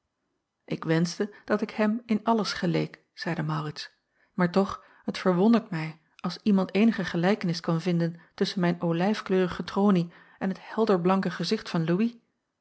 ik wenschte dat ik hem in alles geleek zeide maurits maar toch t verwondert mij als iemand eenige gelijkenis kan vinden tusschen mijn olijfkleurige tronie en het helderblanke gezicht van louis